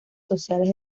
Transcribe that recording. sociales